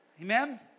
Amen